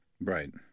Right